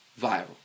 viral